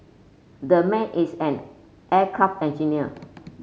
the man is an aircraft engineer